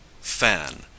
fan